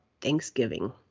Thanksgiving